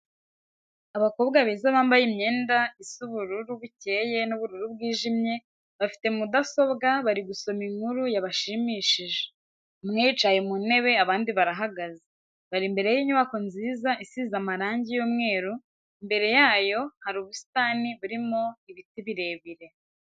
Abakobwa beza bambaye imyenda isa y'ubururu bukeye n'ubururu bwijimye, bafite mudasobwa bari gusoma inkuru yabashimishije, umwe yicaye mu ntebe abandi barahagaze, bari imbere y'inyubako nziza isize amarangi y'umweru, imbere yayo hari ubusitani burimo ibiti birebire.